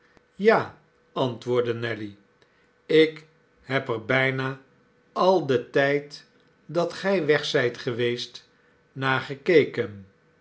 ja antwoordde nelly ik heb er bijna al den tijd dat gij weg zijt geweest